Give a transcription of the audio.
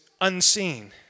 unseen